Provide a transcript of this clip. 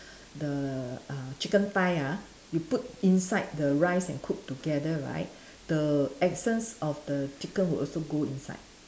the uh chicken thigh ah you put inside the rice and cook together right the essence of the chicken will also go inside